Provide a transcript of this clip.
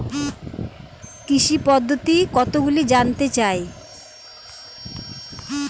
কৃষি পদ্ধতি কতগুলি জানতে চাই?